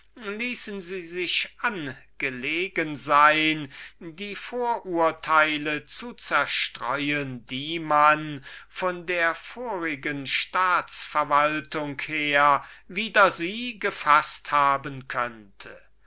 sie sich sehr angelegen sein die vorurteile zu zerstreuen die man von der vorigen staats-verwaltung wider sie gefaßt haben könnte